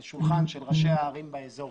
על שולחן ראשי הערים באזור,